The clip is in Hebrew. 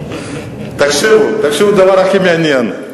תקשיבו לדבר הכי מעניין.